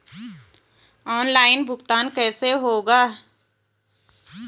Online भुगतान कैसे होगा?